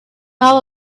all